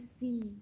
see